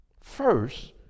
First